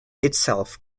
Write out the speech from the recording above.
itself